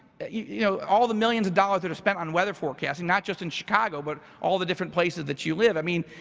you know all the millions of dollars that are spent on weather forecasting, not just in chicago, but all the different places that you live. i mean,